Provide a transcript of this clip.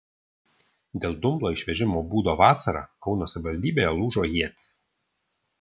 dėl dumblo išvežimo būdo vasarą kauno savivaldybėje lūžo ietys